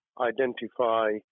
identify